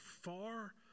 far